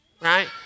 right